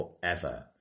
forever